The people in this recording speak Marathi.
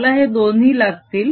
मला हे दोन्ही लागतील